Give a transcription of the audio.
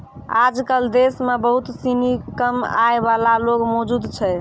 आजकल देश म बहुत सिनी कम आय वाला लोग मौजूद छै